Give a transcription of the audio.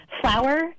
flour